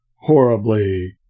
horribly